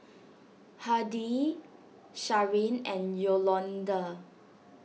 Hardie Sharen and Yolonda